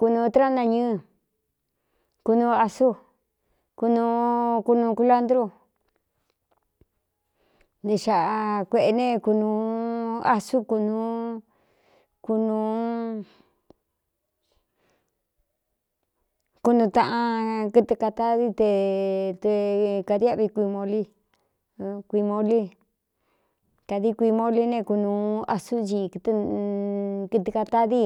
Kunūū tráꞌánañɨ́ɨ̄ kunuu asú kunu kunūu culandrú ne xāꞌa kueꞌene kunūu asu kunuukunūúu kunuu taꞌan kɨtɨ kātadi te tɨ kadiꞌvi kui molíkuimoli kādií kuimoli ne kunūu asú i kɨɨ kātadi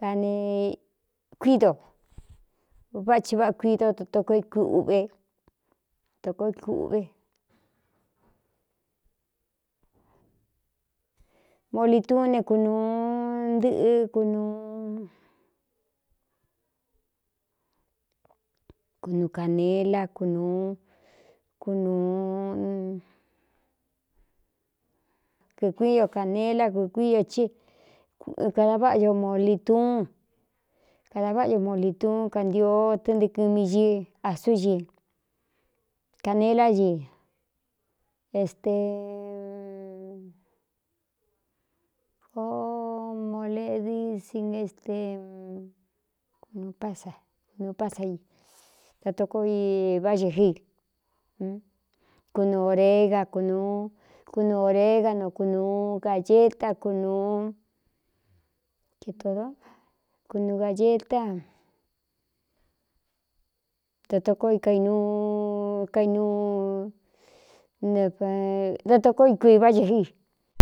kanekuído váꞌ thi váꞌā kuído a tokó kuꞌve toko ūꞌve molituún ne kunūu ntɨꞌɨ kunuukuncnela knúkn kuīkuíi o cānela kukuíi é cɨ kada váꞌa ño moli túún kadā váꞌa ño moli tuún kantio tɨntɨ kɨ miɨ asú cɨ canelá ñi ste o moledi sing este kunupásaunūupásai da tko váꞌcegíkn ōrea kunuu ōrega no kunūu gageta kunūúketōdo kunuu gāgeta da tko knda tokó ikuiváꞌ ce gíi.